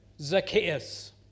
Zacchaeus